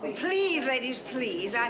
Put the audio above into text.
please, ladies, please. and